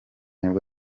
nibwo